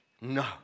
No